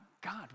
God